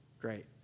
Great